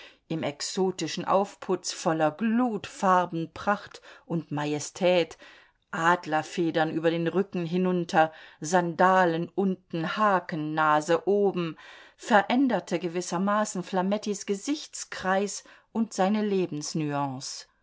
im exotischen aufputz voller glut farbenpracht und majestät adlerfedern über den rücken hinunter sandalen unten hakennase oben veränderte gewissermaßen flamettis gesichtskreis und seine